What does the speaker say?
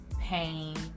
pain